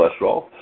cholesterol